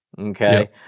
Okay